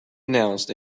announced